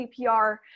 CPR